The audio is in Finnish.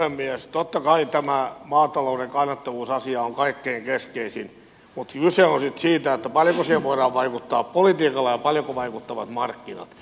totta kai tämä maatalouden kannattavuusasia on kaikkein keskeisin mutta kyse on sitten siitä paljonko siihen voidaan vaikuttaa politiikalla ja paljonko vaikuttavat markkinat